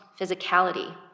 physicality